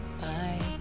Bye